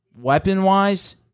weapon-wise